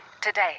today